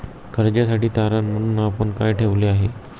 कर्जासाठी तारण म्हणून आपण काय ठेवले आहे?